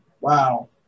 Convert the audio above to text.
Wow